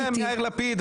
אתם יאיר לפיד.